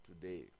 today